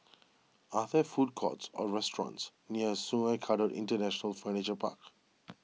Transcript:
are there food courts or restaurants near Sungei Kadut International Furniture Park